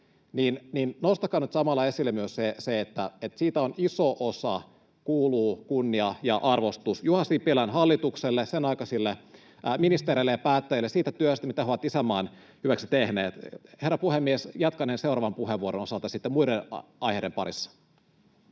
nostakaa nyt samalla esille myös se, että iso osa siitä kunniasta ja arvostuksesta kuuluu Juha Sipilän hallitukselle, senaikaisille ministereille ja päättäjille siitä työstä, mitä he ovat isänmaan hyväksi tehneet. — Herra puhemies, jatkanen seuraavan puheenvuoron osalta sitten muiden aiheiden parissa.